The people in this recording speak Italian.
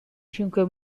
cinque